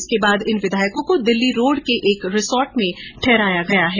इसके बाद इन विधायकों को दिल्ली रोड के एक रिसोर्ट में ठहराया गया है